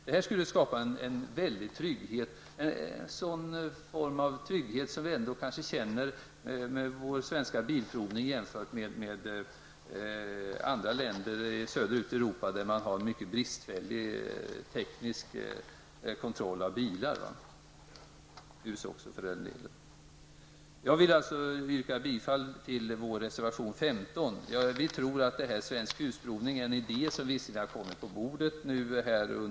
Detta skulle skapa stor trygghet, en sådan form av trygghet som vi kanske känner tack vara vår svenska bilprovning när vi jämför med andra länder söderut i Europa, där man har mycket bristfällig teknisk kontroll av bilar, och för den delen även av hus. Jag vill alltså yrka bifall till vår reservation 15. Vi tror att Svensk Husprovning är en idé som är väl värd att utveckla vidare.